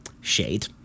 Shade